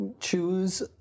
choose